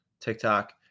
TikTok